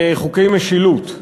חוקי משילות,